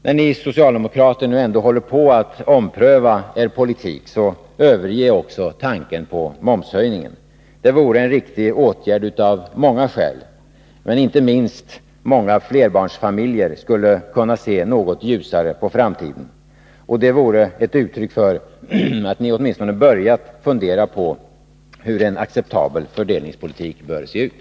När ni socialdemokrater nu ändå håller på att ompröva er politik, överge då också tanken på momshöjningen! Det vore av många skäl en riktig åtgärd. Inte minst många flerbarnsfamiljer skulle kunna se något ljusare på framtiden. — Och det vore ett uttryck för att ni åtminstone börjat fundera på hur en acceptabel fördelningspolitik bör se ut.